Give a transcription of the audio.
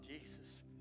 Jesus